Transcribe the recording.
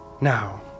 Now